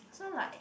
so like